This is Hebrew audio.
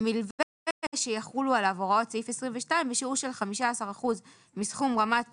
ומלווה שיחולו עליו הוראות סעיף 22 בשיעור של 15% מסכום רמת